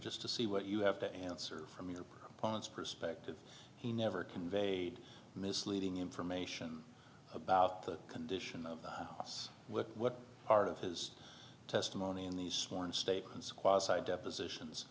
just to see what you have to answer from your opponents perspective he never conveyed misleading information about the condition of the house what part of his testimony in these sworn statements quasi depositions